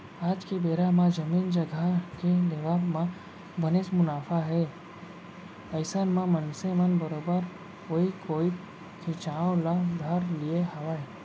आज के बेरा म जमीन जघा के लेवब म बनेच मुनाफा हे अइसन म मनसे मन बरोबर ओइ कोइत खिंचाय ल धर लिये हावय